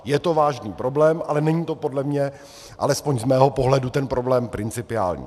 Je to vážný problém, ale není to podle mě, alespoň z mého pohledu, ten problém principiální.